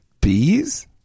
Bees